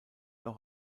auch